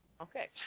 Okay